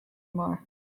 more